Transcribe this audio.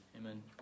Amen